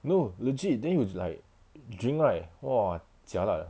no legit then you like drink right !wah! jialat ah